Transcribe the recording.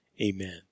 amen